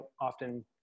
often